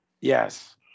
Yes